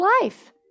life